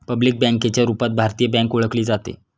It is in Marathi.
पब्लिक बँकेच्या रूपात भारतीय बँक ओळखली जाते